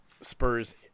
spurs